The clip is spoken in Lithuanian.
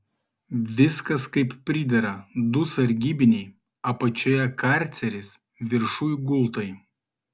viskas kaip pridera du sargybiniai apačioje karceris viršuj gultai